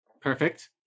perfect